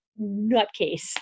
nutcase